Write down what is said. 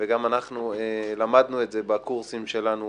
וגם אנחנו למדנו את זה בקורסים שלנו